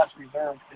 reserved